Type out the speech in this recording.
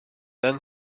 then